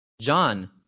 John